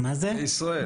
מישראל.